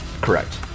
Correct